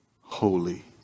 Holy